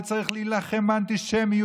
וצריך להילחם באנטישמיות,